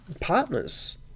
partners